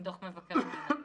עם דוח מבקר המדינה.